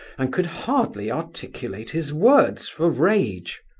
and could hardly articulate his words for rage.